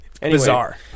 Bizarre